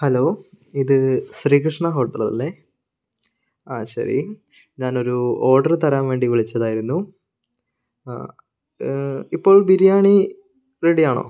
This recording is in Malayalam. ഹലോ ഇത് ശ്രീകൃഷ്ണ ഹോട്ടൽ അല്ലേ ആ ശരി ഞാൻ ഒരു ഓർഡർ തരാൻ വേണ്ടി വിളിച്ചതായിരുന്നു ആ ഇപ്പോൾ ബിരിയാണി റെഡി ആണോ